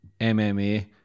MMA